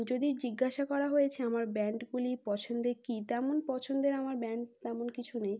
যদি জিজ্ঞাসা করা হয়েছে আমার ব্র্যান্ডগুলি পছন্দের কী তেমন পছন্দের আমার ব্র্যান্ড তেমন কিছু নেই